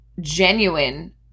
genuine